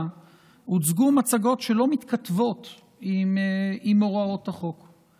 הוצגו מצגות שלא מתכתבות עם הוראות החוק.